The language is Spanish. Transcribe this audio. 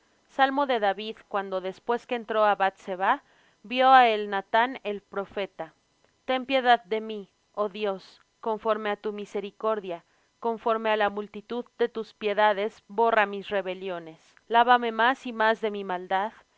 salmo de david cuando después que entró á bath sebah vino á él nathán el profeta ten piedad de mí oh dios conforme á tu misericordia conforme á la multitud de tus piedades borra mis rebeliones lávame más y más de mi maldad